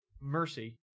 mercy